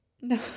No